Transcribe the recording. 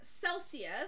Celsius